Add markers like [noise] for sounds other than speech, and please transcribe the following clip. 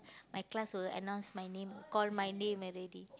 [breath] my class will announce my name call my name already